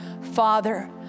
Father